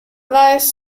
lies